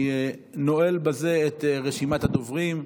אני נועל בזה את רשימת הדוברים,